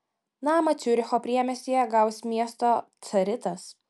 namą ciuricho priemiestyje gaus miesto caritas